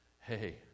hey